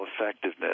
effectiveness